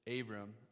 Abram